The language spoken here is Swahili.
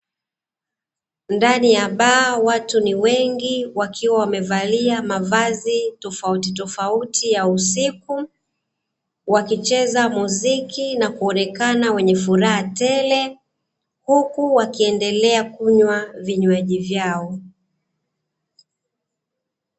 Ndani ya bar watu ni wengi wakiwa wamevalia mavazi tofauti tofauti ya usiku, wakicheza muziki nakuonekana wenye furaha tele huku wakiendelea kunywa vinywaji vyao.